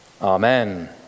Amen